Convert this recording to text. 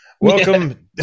welcome